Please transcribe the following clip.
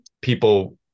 people